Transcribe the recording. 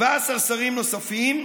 17 שרים נוספים,